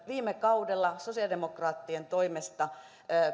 viime kaudella sosiaalidemokraattien toimesta